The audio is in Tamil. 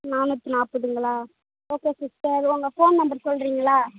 நானூற்றி நாற்பதுங்களா ஓகே சிஸ்டர் உங்கள் ஃபோன் நம்பர் சொல்கிறீங்களா